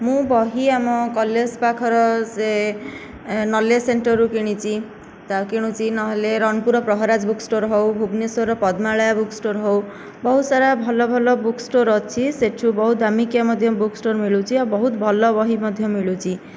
ମୁଁ ବହି ଆମ କଲେଜ ପାଖର ସେ ନଲେଜ୍ ସେଣ୍ଟରରୁ କିଣିଛି ତାହା କିଣୁଛି ନହେଲେ ରଣପୁର ପ୍ରହରାଜ ବୁକ୍ ଷ୍ଟୋର ହେଉ ଭୁବନେଶ୍ୱରର ପଦ୍ମାଳୟା ବୁକ୍ ଷ୍ଟୋର ହେଉ ବହୁତ ସାରା ଭଲ ଭଲ ବୁକ୍ ଷ୍ଟୋର ଅଛି ସେହିଠୁ ବହୁତ ଦାମିକିଆ ମଧ୍ୟ ବୁକ୍ ଷ୍ଟୋର ମିଳୁଛି ଆଉ ବହୁତ ଭଲ ବହି ମଧ୍ୟ ମିଳୁଛି